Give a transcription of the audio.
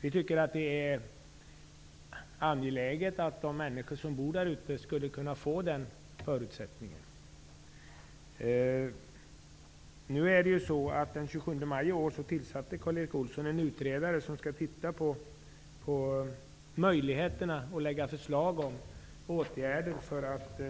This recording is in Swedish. Vi tycker att det är angeläget att de människor som bor i skärgården skulle kunna få den möjligheten. Den 27 maj i år tillsatte Karl Erik Olsson en utredning som skall undersöka möjligheterna och lägga fram förslag om åtgärder för att